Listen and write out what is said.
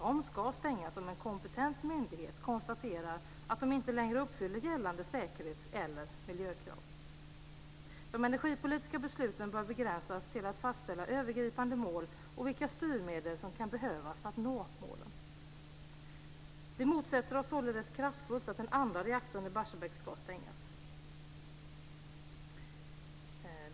De ska stängas om en kompetent myndighet konstaterar att de inte längre uppfyller gällande säkerhets eller miljökrav. De energipolitiska besluten bör begränsas till att fastställa övergripande mål och vilka styrmedel som kan behövas för att nå målen. Vi motsätter oss således kraftfullt att den andra reaktorn i Barsebäck ska stängas.